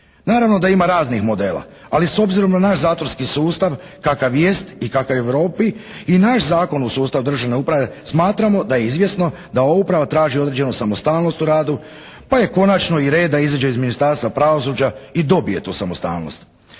Naravno da ima raznih modela, ali s obzirom na naš zatvorski sustav kakav jest i kakav je u Europi, i naš Zakon o sustavu državne uprave smatramo da je izvjesno da uprava traži određenu samostalnost u radu pa je konačno i red da iziđe iz Ministarstva pravosuđa i dobije tu samostalnost.